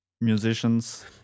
musicians